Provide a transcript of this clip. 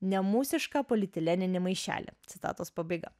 nemūsišką politileninį maišelį citatos pabaiga